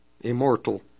Immortal